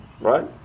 right